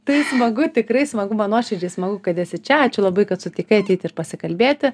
tai smagu tikrai smagu man nuoširdžiai smagu kad esi čia ačiū labai kad sutikai ateiti ir pasikalbėti